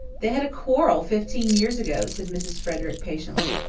they had a quarrel fifteen years ago, said mrs. frederick patiently.